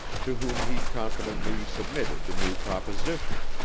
to whom he confidently submitted the new proposition.